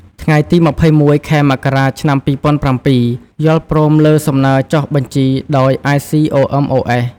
ថ្ងៃទី២១ ខែមករា ឆ្នាំ២០០៧ យល់ព្រមលើសំណើចុះបញ្ជីដោយ ICOMOS។